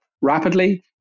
rapidly